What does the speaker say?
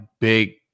big –